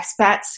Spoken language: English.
expats